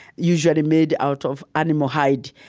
usually made out of animal hide.